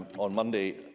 on monday,